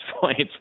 point